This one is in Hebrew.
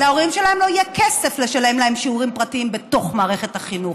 להורים שלהם לא יהיה כסף לשלם להם שיעורים פרטיים בתוך מערכת החינוך.